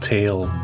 Tale